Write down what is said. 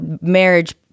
marriage